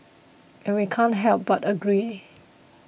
and we can't help but agree